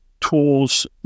tools